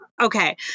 Okay